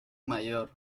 mayor